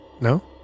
No